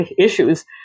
issues